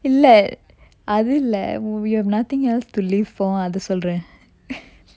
இல்ல அது இல்ல:illa athu illa we have nothing else to live for அத சொல்றன்:atha solran